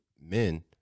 men